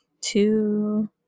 Two